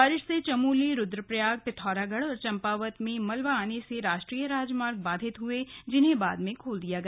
बारिश से चमोली रुद्रप्रयाग पिथौरागढ़ और चंपावत में मलबा आने से राष्ट्रीय राजमार्ग बाधित हुए जिन्हें बाद में खोल दिया गया